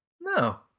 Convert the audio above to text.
No